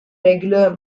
regular